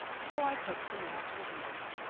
so i coaxed him round to agree with me.